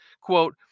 Quote